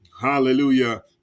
hallelujah